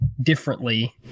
differently